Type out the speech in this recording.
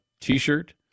T-shirt